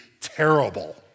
terrible